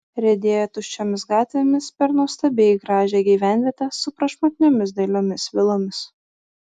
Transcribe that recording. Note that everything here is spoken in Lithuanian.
riedėjo tuščiomis gatvėmis per nuostabiai gražią gyvenvietę su prašmatniomis dailiomis vilomis